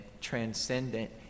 transcendent